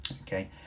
okay